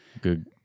good